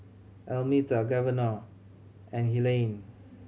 Almeta Governor and Helaine